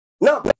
no